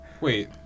Wait